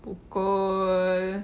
pukul